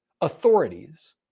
authorities